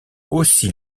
aussi